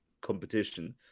competition